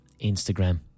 Instagram